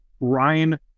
Ryan